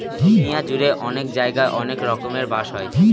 দুনিয়া জুড়ে অনেক জায়গায় অনেক রকমের বাঁশ হয়